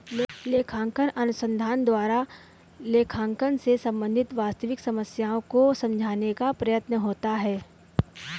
लेखांकन अनुसंधान द्वारा लेखांकन से संबंधित वास्तविक समस्याओं को समझाने का प्रयत्न होता है